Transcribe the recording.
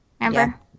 Remember